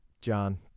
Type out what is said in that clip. John